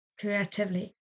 creatively